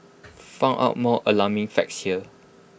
find out more alarming facts here